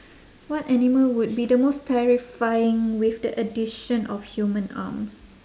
what animal would be the most terrifying with the addition of human arms